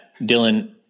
Dylan